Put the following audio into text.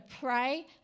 pray